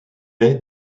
est